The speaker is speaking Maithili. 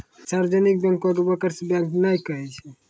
सार्जवनिक बैंक के बैंकर्स बैंक नै कहै छै